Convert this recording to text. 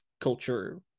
culture